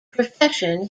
profession